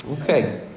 Okay